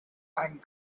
and